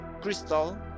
crystal